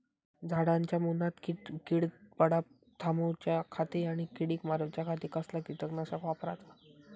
झाडांच्या मूनात कीड पडाप थामाउच्या खाती आणि किडीक मारूच्याखाती कसला किटकनाशक वापराचा?